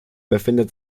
befindet